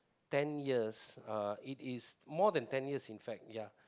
ten years uh it is more than ten years in fact ya